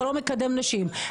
אתה לא מקדם נשים,